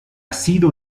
sido